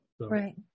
Right